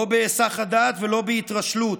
לא בהיסח הדעת ולא בהתרשלות.